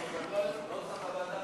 סעיף 60, חינוך, לשנת התקציב 2015,